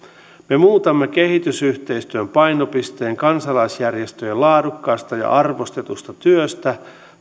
me muutamme kehitysyhteistyön painopisteen kansalaisjärjestöjen laadukkaasta ja arvostetusta työstä